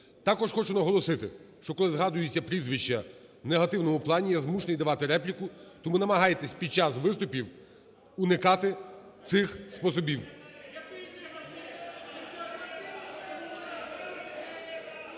Також хочу наголосити, що коли згадується прізвище в негативному плані я змушений надавати репліку. Тому намагайтесь під час виступів уникати цих способів.